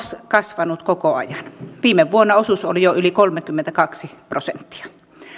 kasvanut koko ajan viime vuonna osuus oli jo yli kolmekymmentäkaksi prosenttia